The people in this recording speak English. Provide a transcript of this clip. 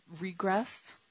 regressed